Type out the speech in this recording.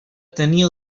tenia